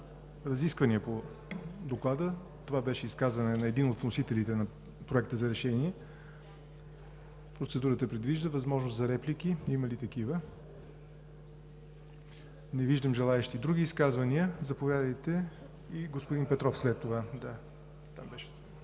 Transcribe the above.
разисквания по Доклада. Това беше изказване на един от вносителите на Проекта за решение. Процедурата предвижда възможност за реплики. Има ли реплики? Не виждам желаещи. Други изказвания? Заповядайте, господин Райков. АНДРИАН РАЙКОВ